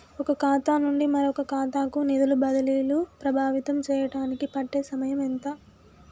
ఒక ఖాతా నుండి మరొక ఖాతా కు నిధులు బదిలీలు ప్రభావితం చేయటానికి పట్టే సమయం ఎంత?